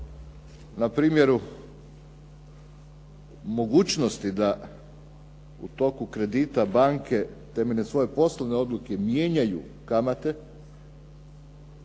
Na primjeru mogućnosti da u toku kredita banke temeljem svoje poslovne odluke mijenjaju kamate